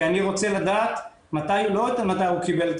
כי אני רוצה לדעת לא מתי הוא קיבל את